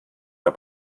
der